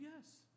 yes